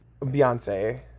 Beyonce